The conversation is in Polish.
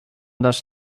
dasz